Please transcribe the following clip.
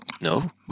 No